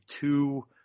two